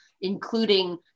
including